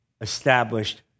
established